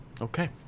Okay